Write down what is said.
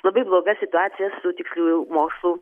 labai bloga situacija su tiksliųjų mokslų